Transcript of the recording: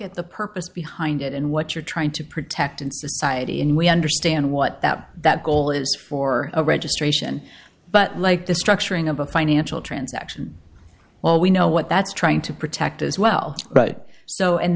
at the purpose behind it and what you're trying to protect in society and we understand what that goal is for a registration but like this structuring of a financial transaction well we know what that's trying to protect as well but so and